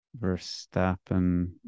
Verstappen